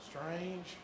Strange